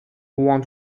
want